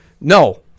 No